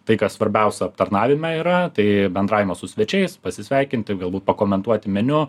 tai kas svarbiausia aptarnavime yra tai bendravimą su svečiais pasisveikinti galbūt pakomentuoti meniu